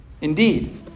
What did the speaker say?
Indeed